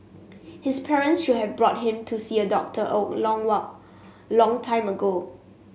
his parents should have brought him to see a doctor a long a long time ago